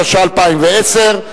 התשע"א 2010,